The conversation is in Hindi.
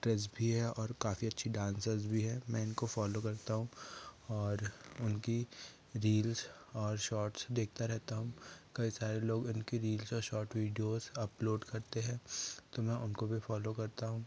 ऐक्ट्रेस भी है और काफी अच्छी डांसर्स भी है मैं इनको फॉलो करता हूँ और उनकी रील्स और शॉर्ट्स देखता रहता हूँ कई सारे लोग इनकी रील्स और शॉर्ट वीडियोस अपलोड करते हैं तो मैं उनको भी फॉलो करता हूँ